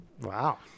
Wow